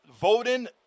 voting